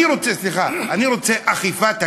אני רוצה, סליחה, אני רוצה אכיפת הקיים.